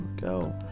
Go